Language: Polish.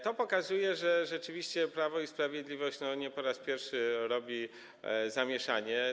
To pokazuje, że rzeczywiście Prawo i Sprawiedliwość nie po raz pierwszy robi zamieszanie.